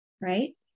right